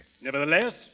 Nevertheless